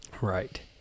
right